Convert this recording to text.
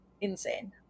insane